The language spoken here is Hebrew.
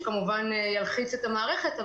שכמובן ילחיץ את המערכת,